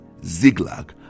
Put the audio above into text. Ziglag